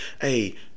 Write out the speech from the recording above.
hey